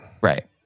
right